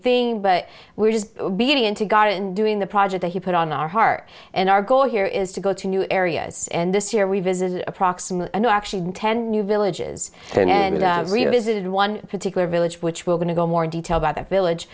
thing but we're just getting into god and doing the project he put on our heart and our goal here is to go to new areas and this year we visited approximately and actually ten new villages and visited one particular village which we're going to go more in detail by the village